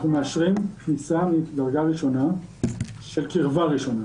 אנחנו מאשרים כניסה מדרגה ראשונה של קרבה ראשונה